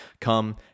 Come